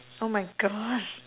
oh my gosh